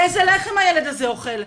איזה לחם הילד הזה אוכל?